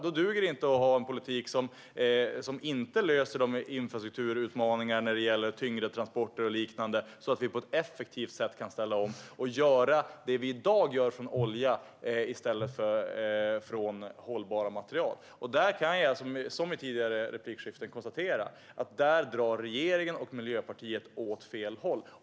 Då duger det inte att ha en politik som inte löser infrastrukturutmaningarna när det gäller tyngre transporter och liknande. Vi behöver på ett effektivt sätt ställa om från att göra det som vi i dag gör av olja till att använda hållbara material. Där kan jag konstatera, som i tidigare replikskifte, att regeringen och Miljöpartiet drar åt fel håll.